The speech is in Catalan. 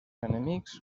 enemics